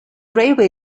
railway